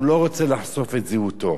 הוא לא רוצה לחשוף את זהותו.